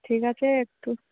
ঠিক আছে একটু